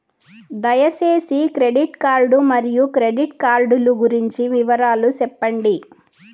దయసేసి credit card మరియు credit card లు గురించి వివరాలు సెప్పండి?